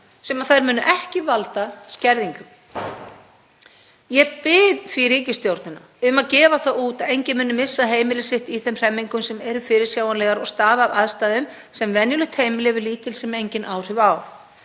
sem þær munu ekki valda skerðingu. Ég bið ríkisstjórnina um að gefa það út að enginn muni missa heimili sitt í þeim hremmingum sem eru fyrirsjáanlegar og stafa af aðstæðum sem venjulegt heimili hefur lítil sem engin áhrif á.